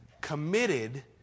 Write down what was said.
committed